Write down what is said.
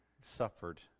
suffered